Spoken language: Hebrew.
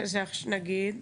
נגיד,